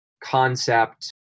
concept